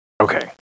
Okay